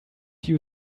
you